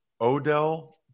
Odell